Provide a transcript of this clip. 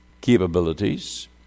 capabilities